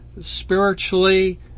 spiritually